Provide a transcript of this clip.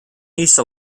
niece